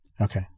Okay